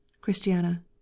Christiana